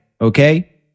Okay